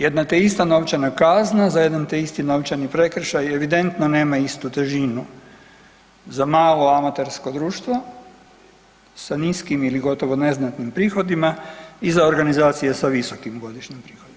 Jedna te ista novčana kazna za jedan te isti novčani prekršaj evidentno nema istu težinu za malo amatersko društvo sa niskim ili gotovo neznatnim prihodima i za organizacije sa visokim godišnjim prihodima.